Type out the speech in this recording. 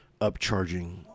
upcharging